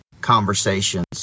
conversations